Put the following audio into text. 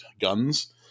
guns